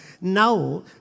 Now